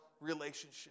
relationship